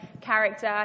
character